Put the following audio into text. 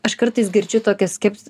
aš kartais girdžiu tokią skeps